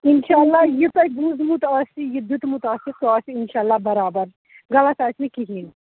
اِنشاء اللہ یہِ تۄہہِ بوٗزمُت آسہِ یہِ دیُتمُت آسہِ سُہ آسہِ اِنشاء اللہ بَرابَر غَلَط آسہِ نہٕ کِہیٖنٛۍ